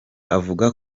avuga